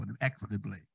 equitably